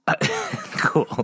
Cool